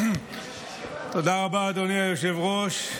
אדוני היושב-ראש.